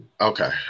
okay